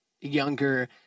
younger